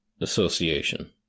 Association